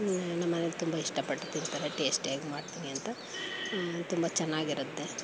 ನಮ್ಮನೆಯಲ್ಲಿ ತುಂಬ ಇಷ್ಟಪಟ್ಟು ತಿಂತಾರೆ ಟೇಸ್ಟಿಯಾಗಿ ಮಾಡ್ತೀನಿ ಅಂತ ತುಂಬ ಚೆನ್ನಾಗಿರುತ್ತೆ